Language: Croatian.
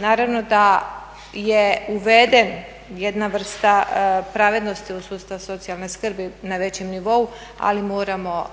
Naravno da je uvedena jedna vrsta pravednosti u sustav socijalne skrbi na većem nivou, ali moramo